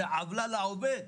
זו עוולה לעובד,